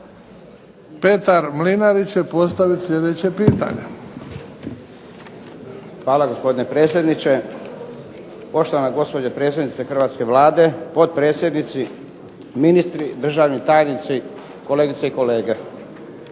Petar Mlinarić će postaviti sljedeće pitanje.